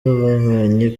babonye